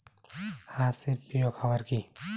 হাঁস এর প্রিয় খাবার কি?